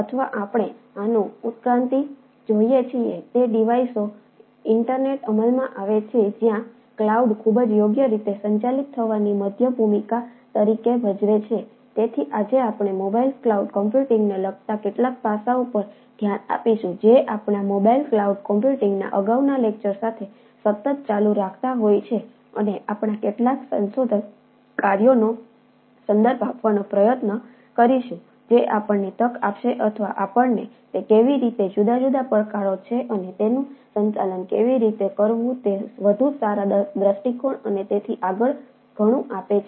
અથવા આપણે આનું ઉત્ક્રાંતિ જોઈએ છીએ તે ડિવાઇસોનું ઇન્ટરનેટ સાથે સતત ચાલુ રાખતા હોય છે અને આપણે કેટલાક સંશોધન કાર્યોનો સંદર્ભ આપવાનો પ્રયત્ન કરીશું જે આપણને તક આપશે અથવા આપણને તે કેવી રીતે જુદા જુદા પડકારો છે અને તેનું સંચાલન કેવી રીતે કરવું તે વધુ સારા દૃષ્ટિકોણ અને તેથી આગળ ઘણું આપે છે